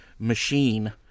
Machine